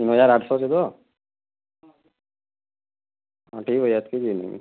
ତିନ୍ ହଜାର୍ ଆଠ୍ଶହ ଅଛେ ହଁ ଠିକ୍ ଅଛେ ଏତ୍କି ବି ନେଇନେମି